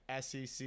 SEC